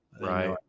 Right